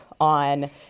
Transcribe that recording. on